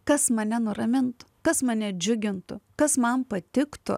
kas mane nuramintų kas mane džiugintų kas man patiktų